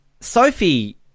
Sophie